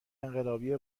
انقلابی